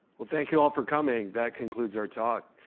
well, thank you all for coming that concludes our talk.